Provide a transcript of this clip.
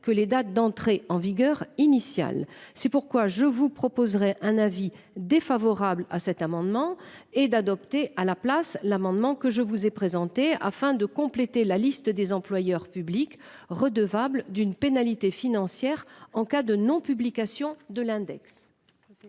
que les dates d'entrée en vigueur initial. C'est pourquoi je vous proposerai un avis défavorable à cet amendement et d'adopter à la place l'amendement que je vous ai présenté afin de compléter la liste des employeurs publics redevables d'une pénalité financière en cas de non-. Publication de l'index.